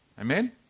Amen